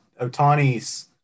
Otani's